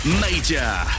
major